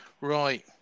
Right